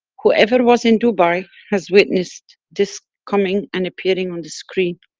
whoever was in dubai has witnessed this coming and appearing and screen.